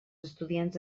estudiants